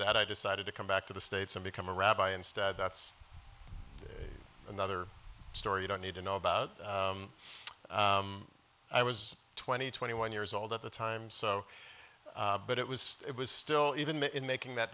that i decided to come back to the states and become a rabbi instead that's another story you don't need to know about i was twenty twenty one years old at the time so but it was it was still even the in making that